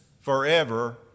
forever